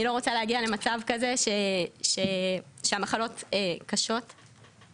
אני לא רוצה להגיע למצב כזה שהמחלות הן קשות וחמורות.